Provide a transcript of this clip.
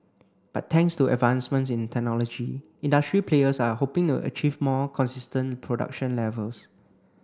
but thanks to advancements in technology industry players are hoping to achieve more consistent production levels